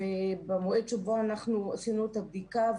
במועד שבו אנחנו עשינו את הבדיקה,